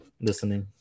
listening